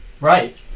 Right